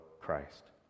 Christ